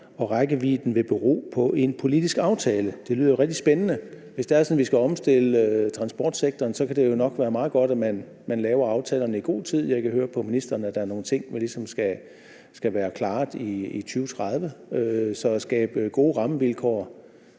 og rækkevidden vil bero på en politisk aftale.« Det lyder jo rigtig spændende. Hvis det er sådan, at vi skal omstille transportsektoren, kan det jo nok være meget godt, man laver aftalerne i god tid. Jeg kan høre på ministeren, der er nogle ting, der ligesom skal være klaret i 2030. Så at skabe gode rammevilkår,